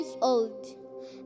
old